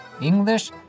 English